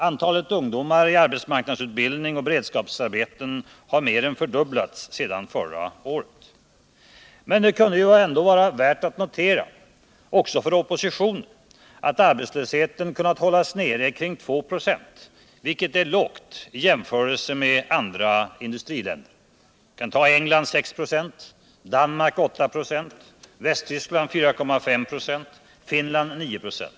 Antalet ungdomar i arbetsmarknadsutbildning och beredskapsarbeten har mer än fördubblats sedan förra året. Men det kunde ändå vara värt att notera, också för oppositionen, att arbetslösheten kunnat hållas nere vid 2 26, vilket är lågt i jämförelse med siffrorna för andra industriländer. Jag kan nämna England, där arbetslösheten är 6 ?6, Danmark med 8 ?6, Västtyskland med 4,5 "a och Finland med 26.